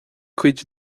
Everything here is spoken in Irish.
cuid